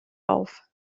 auf